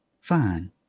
fine